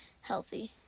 healthy